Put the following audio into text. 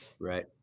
Right